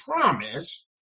promise